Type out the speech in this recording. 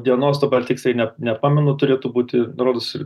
dienos dabar tiksliai net nepamenu turėtų būti rodos ir